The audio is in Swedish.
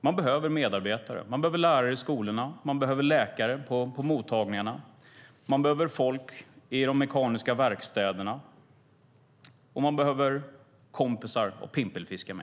Man behöver medarbetare, man behöver lärare i skolorna, man behöver läkare på mottagningarna, man behöver folk i de mekaniska verkstäderna, och man behöver kompisar att pimpelfiska med.